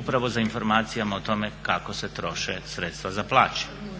upravo za informacijama o tome kako se troše sredstva za plaće.